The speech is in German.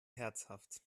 herzhaft